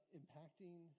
impacting